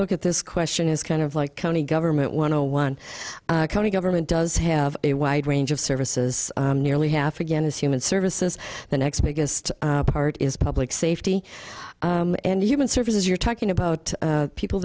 look at this question is kind of like county government want to one county government does have a wide range of services nearly half again as human services the next biggest part is public safety and human services you're talking about people